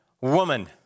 woman